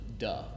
Duh